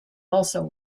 also